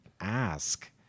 ask